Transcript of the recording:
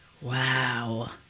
Wow